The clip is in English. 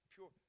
Pure